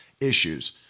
issues